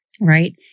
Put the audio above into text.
right